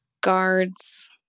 guards